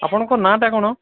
ଆପଣଙ୍କର ନାଁଟା କ'ଣ